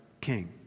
king